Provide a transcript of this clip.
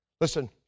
Listen